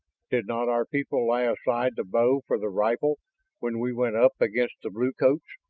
did not our people lay aside the bow for the rifle when we went up against the bluecoats?